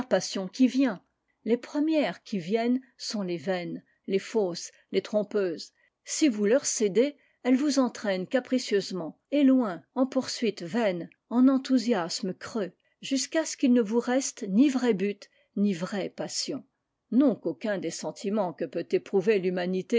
qui vient les premières qui viennent sont les vaines les fausses les trompeuses si vous leur cédez elles vous entraînent capricieusement et loin en poursuites vaines en enthousiasmes creux jusqu'à ce qu'il ne vous reste ni vrai but ni vraie passion non qu'aucun des sentiments que peut éprouver